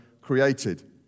created